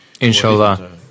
inshallah